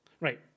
Right